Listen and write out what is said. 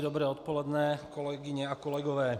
Dobré odpoledne, kolegyně a kolegové.